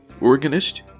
organist